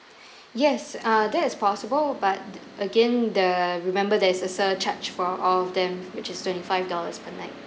yes uh that is possible but again the remember there is a surcharge for all of them which is twenty five dollars per night